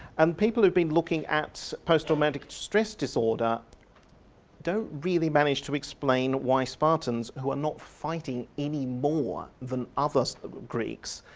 and people who have been looking at post-traumatic stress disorder don't really manage to explain why spartans, who are not fighting any more than other so greeks,